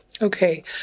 okay